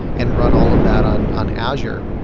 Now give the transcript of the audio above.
and run all of that on on azure.